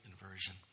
inversion